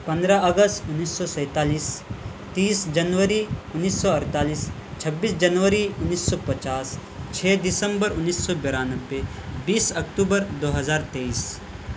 پندرہ اگست انیس سو سینتالیس تیس جنوری انیس سو اڑتالیس چھبیس جنوری انیس سو پچاس چھ دسمبر انیس سو بانوے بیس اکتوبر دو ہزار تیئیس